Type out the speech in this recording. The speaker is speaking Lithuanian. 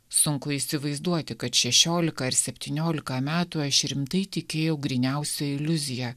sunku įsivaizduoti kad šešiolika ar septyniolika metų aš rimtai tikėjau gryniausia iliuzija